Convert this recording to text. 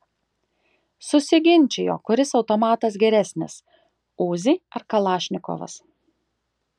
susiginčijo kuris automatas geresnis uzi ar kalašnikovas